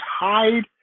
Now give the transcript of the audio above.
hide